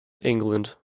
england